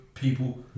people